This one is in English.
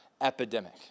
epidemic